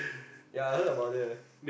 ya I heard about that